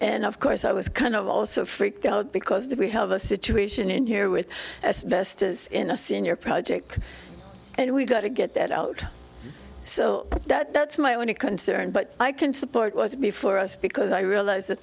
and of course i was kind of also freaked out because we have a situation in here with as best as in a senior project and we've got to get it out so that that's my only concern but i can support was before us because i realize th